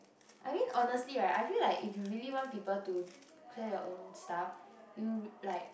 I mean honestly right I feel like if you really want people to clear your own stuff you like